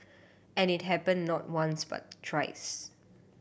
and it happened not once but thrice